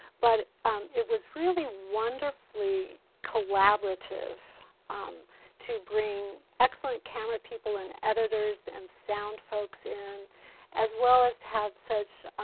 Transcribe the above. but it was really wonderfully collaborative um to bring excellent camera people and editors and sound folks in as well as to have such